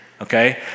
okay